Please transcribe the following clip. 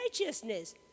righteousness